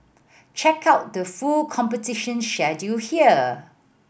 check out the full competition schedule here